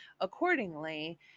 accordingly